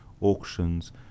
auctions